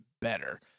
better